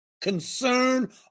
concern